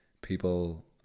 people